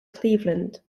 cleveland